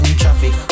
traffic